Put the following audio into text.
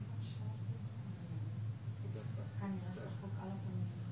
2% או עד שבעה שקלים על הכרטיס הנטען.